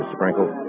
Sprinkle